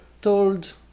told